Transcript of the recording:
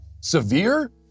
Severe